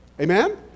Amen